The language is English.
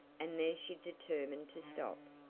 and there she determined to stop.